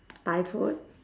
thai food